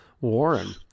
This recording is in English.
Warren